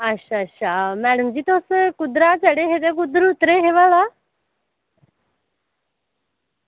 अच्छा अच्छा मैडम जी तुस कुद्धर दा चढ़े हे ते कुद्धर दा उतरे हे भला